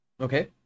Okay